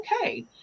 okay